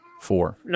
four